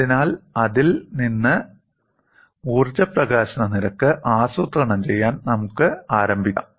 അതിനാൽ അതിൽ നിന്ന് ഊർജ്ജ പ്രകാശന നിരക്ക് ആസൂത്രണം ചെയ്യാൻ നമുക്ക് ആരംഭിക്കാം